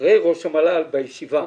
אחרי ראש המל"ל בישיבה.